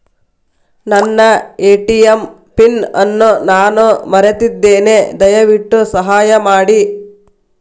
ನನ್ನ ATM pin ಅನ್ನು ನಾನು ಮರೆತಿದ್ದೇನೆ, ದಯವಿಟ್ಟು ಸಹಾಯ ಮಾಡಿ